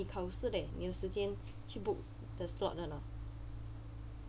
你考试叻你有时间去 book the slot or not